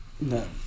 No